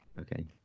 okay